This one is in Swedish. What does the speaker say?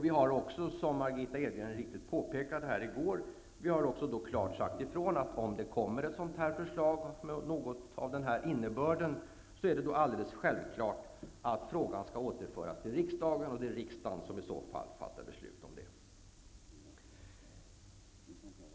Vi har också, som Margitta Edgren så riktigt påpekade i går, klart sagt ifrån att om det kommer ett förslag med den innebörden är det alldeles självklart att frågan skall återföras till riksdagen och att det är riksdagen som i så fall fattar beslut.